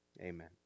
Amen